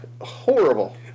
Horrible